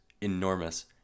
Enormous